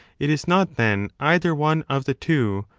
it is not, then, either one of the two,